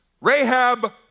Rahab